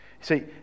see